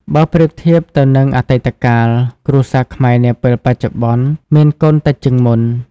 បើប្រៀបធៀបទៅនឹងអតីតកាល គ្រួសារខ្មែរនាពេលបច្ចុប្បន្នមានកូនតិចជាងមុន។